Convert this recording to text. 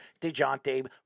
DeJounte